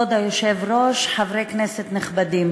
כבוד היושב-ראש, חברי כנסת נכבדים,